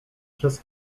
przez